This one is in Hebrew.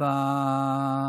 זאת הבעיה.